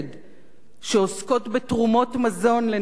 שעוסקות בתרומות מזון לנזקקים.